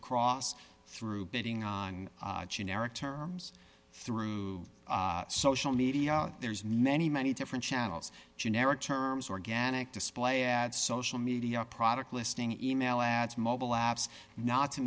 across through bidding on generic terms through social media there's many many different channels generic terms organic display ads social media product listing email ads mobile apps not to